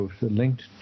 linked